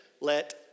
Let